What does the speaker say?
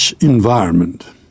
environment